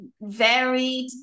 varied